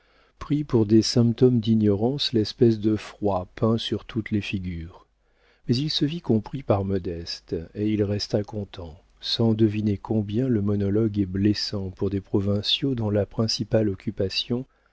prit pour des symptômes d'ignorance l'espèce de froid peint sur toutes les figures mais il se vit compris par modeste et il resta content sans deviner combien le monologue est blessant pour des provinciaux dont la principale occupation